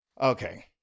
Okay